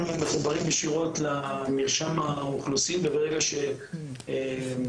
אנחנו מחוברים ישירות למרשם האוכלוסין וברגע שהנכה